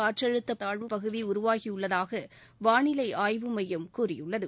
காற்றழுத்த தாழ்வுப்பகுதி உருவாகியுள்ளதாக வானிலை ஆய்வுமையம் கூறியுள்ளது